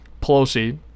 Pelosi